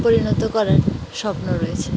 পরিণত করার স্বপ্ন রয়েছে